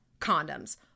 condoms